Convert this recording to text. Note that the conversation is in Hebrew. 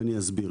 ואני אסביר.